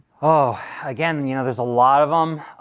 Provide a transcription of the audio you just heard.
ah again, you know, there's a lot of them,